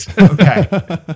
okay